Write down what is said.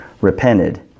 repented